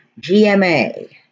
GMA